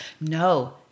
No